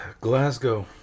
Glasgow